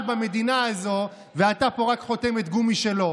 במדינה הזאת ואתה פה רק חותמת גומי שלו.